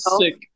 sick